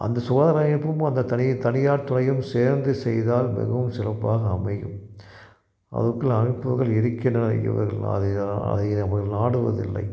அந்த சுகாதார அமைப்பும் அந்த தனி தனியார் துறையும் சேர்ந்து செய்தால் மிகவும் சிறப்பாக அமையும் அதற்குள் அமைப்புகள் இருக்கின்றன இவர்கள் அதை அதை இவர்கள் நாடுவது இல்லை